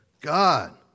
God